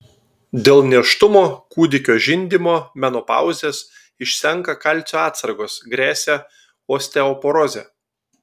dėl nėštumo kūdikio žindymo menopauzės išsenka kalcio atsargos gresia osteoporozė